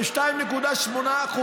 ב-2.8%,